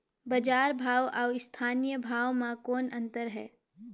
बजार भाव अउ स्थानीय भाव म कौन अन्तर हे?